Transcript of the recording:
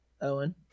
Owen